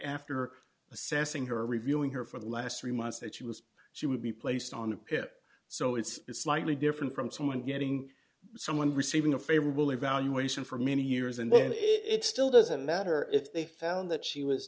after assessing her reviewing her for the last three months that she was she would be placed on a pip so it's slightly different from someone getting someone receiving a favorable evaluation for many years and then ringback it still doesn't matter if they found that she was